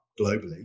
globally